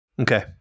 okay